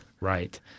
Right